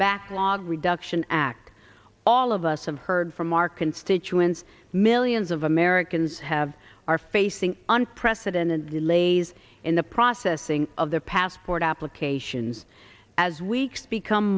backlog reduction act all of us have heard from our constituents millions of americans have are facing unprecedented delays in the processing of their passport applications as weeks become